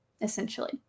essentially